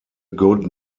good